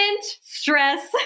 Stress